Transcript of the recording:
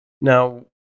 Now